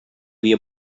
havia